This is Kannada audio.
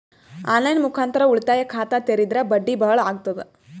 ಆನ್ ಲೈನ್ ಮುಖಾಂತರ ಉಳಿತಾಯ ಖಾತ ತೇರಿದ್ರ ಬಡ್ಡಿ ಬಹಳ ಅಗತದ?